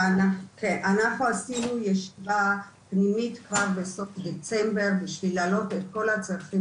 אנחנו עשינו ישיבה בסוף דצמבר בשביל להעלות את כל הצרכים